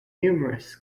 numerous